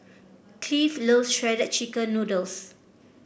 Cleve loves Shredded Chicken Noodles